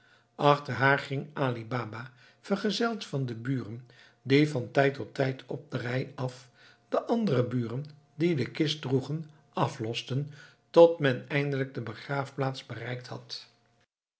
achter haar ging ali baba vergezeld van de buren die van tijd tot tijd en op de rij af de andere buren die de kist droegen aflosten tot men eindelijk de begraafplaats bereikt had